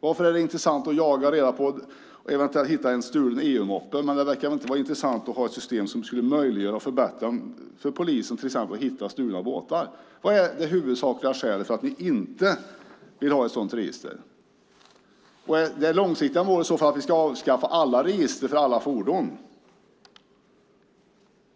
Varför är det intressant att eventuellt återfinna en stulen EU-moppe medan det inte är intressant att ha ett system som skulle möjliggöra och underlätta för polisen att hitta stulna båtar? Vad är det huvudsakliga skälet till att ni inte vill ha ett sådant register? Är i så fall det långsiktiga målet att vi ska avskaffa alla register över alla fordon?